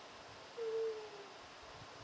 uh